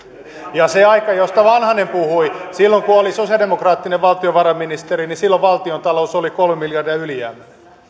ja sinä aikana josta vanhanen puhui silloin kun oli sosialidemokraattinen valtiovarainministeri valtiontalous oli kolme miljardia ylijäämäinen